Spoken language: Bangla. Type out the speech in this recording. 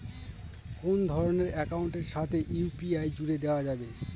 কোন ধরণের অ্যাকাউন্টের সাথে ইউ.পি.আই জুড়ে দেওয়া যাবে?